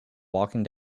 walking